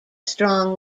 strong